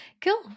Cool